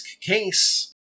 case